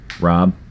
Rob